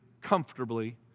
comfortably